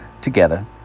together